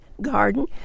garden